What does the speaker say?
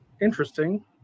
interesting